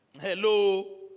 Hello